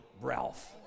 Ralph